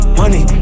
money